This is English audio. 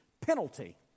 penalty